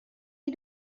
you